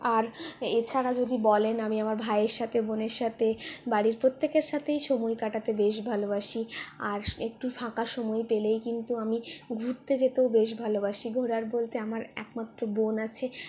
আর এছাড়া যদি বলেন আমি আমার ভাইয়ের সাথে বোনের সাথে বাড়ির প্রত্যেকের সাথেই সময় কাটাতে বেশ ভালোবাসি আর একটু ফাঁকা সময় পেলেই কিন্তু আমি ঘুরতে যেতেও বেশ ভালোবাসি ঘোরার বলতে আমার একমাত্র বোন আছে